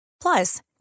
Plus